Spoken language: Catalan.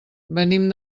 venim